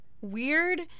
weird